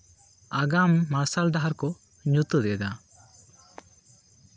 ᱟᱜᱟᱢ ᱢᱟᱨᱥᱟᱞ ᱰᱟᱦᱟᱨ ᱠᱚ ᱧᱩᱛᱟᱹᱛ ᱮᱫᱟ